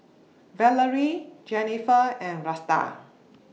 Valarie Jennifer and Vlasta